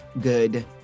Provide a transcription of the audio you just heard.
good